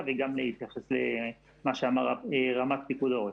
וגם להתייחס למה שאמר רמ"ח פיקוד העורף.